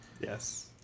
Yes